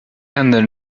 händer